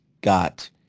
got